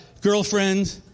girlfriend